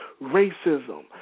racism